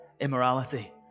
immorality